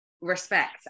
respect